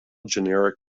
generic